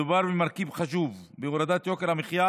מדובר במרכיב חשוב בהורדת יוקר המחיה